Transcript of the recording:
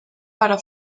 para